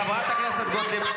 חברת הכנסת גוטליב,